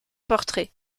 portrait